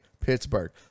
Pittsburgh